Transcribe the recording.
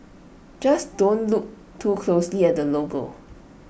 just don't look too closely at the logo